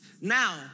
Now